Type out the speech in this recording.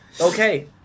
okay